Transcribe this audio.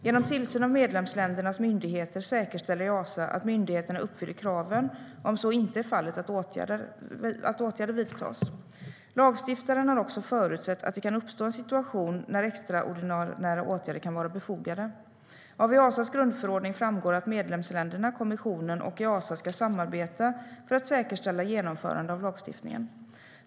Genom tillsyn av medlemsländernas myndigheter säkerställer Easa att myndigheterna uppfyller kraven, och om så inte är fallet, att åtgärder vidtas. Lagstiftaren har också förutsett att det kan uppstå en situation när extraordinära åtgärder kan vara befogade. Av Easas grundförordning framgår att medlemsländerna, kommissionen och Easa ska samarbeta för att säkerställa genomförande av lagstiftningen.